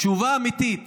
תשובה אמיתית